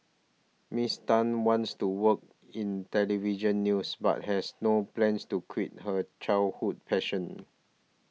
Miss Tan wants to work in Television News but has no plans to quit her childhood passion